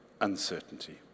uncertainty